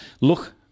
look